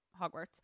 Hogwarts